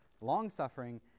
long-suffering